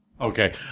Okay